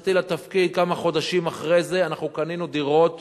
בכניסתי לתפקיד, כמה חודשים אחרי זה, קנינו דירות